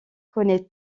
connaît